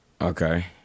Okay